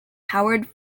howard